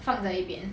放在一边